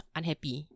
unhappy